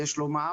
יש לו מעמד,